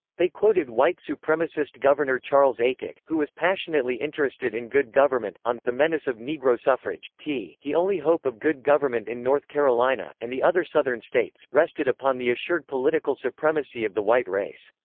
they quoted white supremacist governor charles aycock, who was passionately interested in good government, on the menace of negro suffrage t he only hope of good government in north carolina, and the other southern states, rested upon the assured political supremacy of the white race.